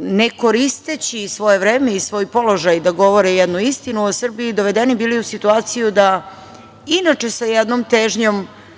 ne koristeći svoje vreme i svoj položaj da govore jednu istinu o Srbiji, dovedeni bili u situaciju da inače sa jednom težnjom